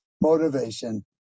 motivation